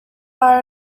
are